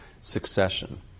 succession